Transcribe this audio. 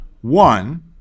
One